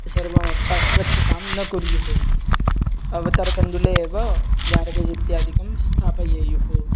सर्वम् अस्वच्छतां न कुर्युः अवतरकण्डुले एव गार्बेज् इत्यादिकं स्थापयेयुः